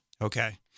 Okay